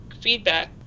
feedback